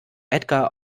edgar